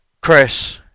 Chris